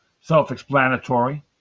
self-explanatory